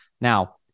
Now